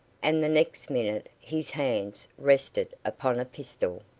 and the next minute his hands rested upon a pistol.